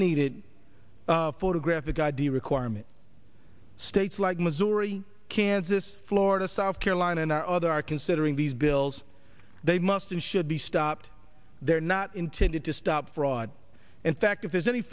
unneeded photographic idea requirement states like missouri kansas florida south carolina and our other are considering these bills they must and should be stopped they're not intended to stop fraud in fact if there's any